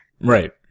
Right